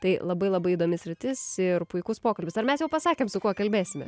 tai labai labai įdomi sritis ir puikus pokalbis ar mes jau pasakėm su kuo kalbėsime